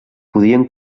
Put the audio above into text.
podien